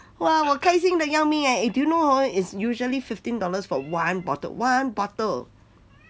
哇我开心的要命 eh do you know hor is usually fifteen dollars for one bottle one bottle